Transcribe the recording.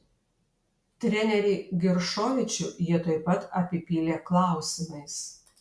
trenerį giršovičių jie tuoj pat apipylė klausimais